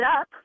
up